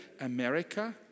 America